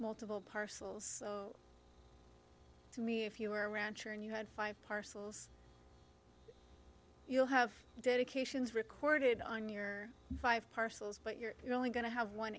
multiple parcels to me if you were a rancher and you had five parcels you'll have dedications recorded on your five parcels but you're really going to have one